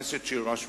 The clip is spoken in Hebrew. חברי הכנסת שיירשמו,